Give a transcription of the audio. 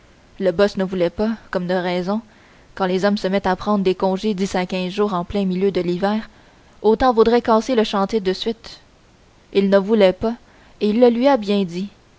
le boss ne voulait pas comme de raison quand les hommes se mettent à prendre des congés de dix à quinze jours en plein milieu de l'hiver autant vaudrait casser le chantier de suite il ne voulait pas et il le lui a bien dit